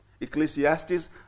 Ecclesiastes